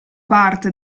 parte